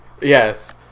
Yes